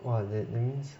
!wah! that means